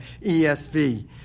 ESV